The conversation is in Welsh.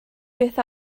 beth